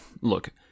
look